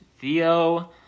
Theo